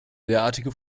derartige